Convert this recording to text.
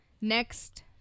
Next